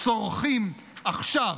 צורחים "עכשיו",